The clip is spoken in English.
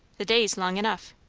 the day's long enough.